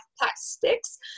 plastics